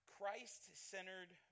Christ-centered